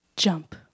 jump